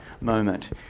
moment